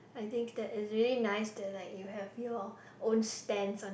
I think that it's really nice that like you have your own stands on